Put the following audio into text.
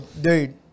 Dude